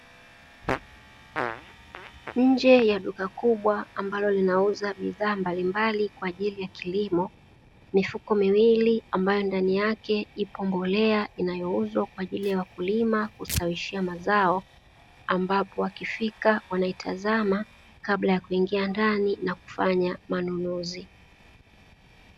Nje ya duka kubwa ambalo linauza bidhaa mbalimbali kwa ajili ya kilimo, mifuko miwili ambayo ndani yake ipo mbolea inayouzwa kwa ajili ya wakulima kustawishia mazao, ambapo wakifika wanaitazama kabla ya kuingia ndani na kufanya manunuzi.